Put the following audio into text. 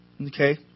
Okay